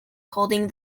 holding